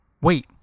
Wait